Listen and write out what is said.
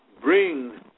bring